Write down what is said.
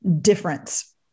difference